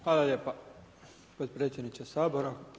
Hvala lijepa podpredsjedniče Sabora.